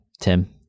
Tim